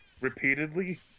Repeatedly